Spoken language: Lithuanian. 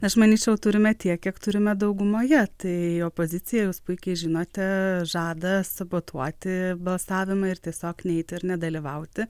aš manyčiau turime tiek kiek turime daugumoje tai opozicija jūs puikiai žinote žada sabotuoti balsavimą ir tiesiog neiti ir nedalyvauti